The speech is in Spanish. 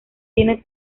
tiene